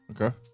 Okay